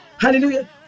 Hallelujah